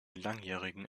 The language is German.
langjährigen